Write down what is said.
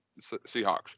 Seahawks